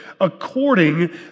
according